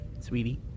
sweetie